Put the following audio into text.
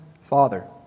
Father